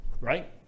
right